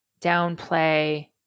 downplay